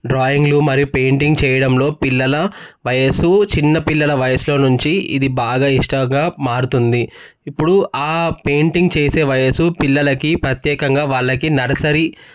డ్రాయింగ్లు మరియు పెయింటింగ్ చేయడంలో పిల్లల వయస్సు చిన్న పిల్లల వయసులో నుంచి ఇది బాగా ఇష్టంగా మారుతుంది ఇప్పుడు ఆ పెయింటింగ్ చేసే వయసు పిల్లలకి ప్రత్యేకంగా వాళ్లకి నర్సరీ